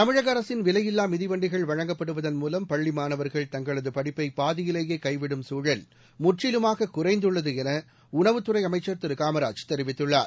தமிழக அரசின் விவையில்லா மிதிவண்டிகள் வழங்கப்படுவதன் மூலம் பள்ளி மாணவர்கள் தங்களது படிப்பை பாதியிலேயே கைவிடும் சூழல் முற்றிலுமாக குறைந்துள்ளது என உணவுத்துறை அமைச்சா் திரு காமராஜ் தெரிவித்துள்ளார்